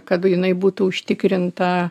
kad jinai būtų užtikrinta